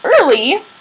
early